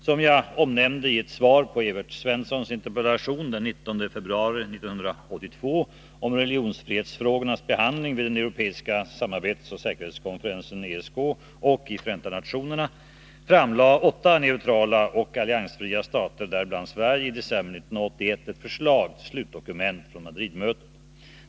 Som jag omnämnde i ett svar på Evert Svenssons interpellation av den 19 februari 1982 om religionsfrihetsfrågornas behandling vid den europeiska samarbetsoch säkerhetskonferensen ESK och i Förenta nationerna, framlade åtta neutrala och alliansfria stater, däribland Sverige, i december 1981 ett kompromissförslag till slutdokument från Madridmötet.